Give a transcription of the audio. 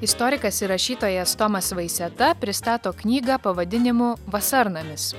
istorikas ir rašytojas tomas vaiseta pristato knygą pavadinimu vasarnamis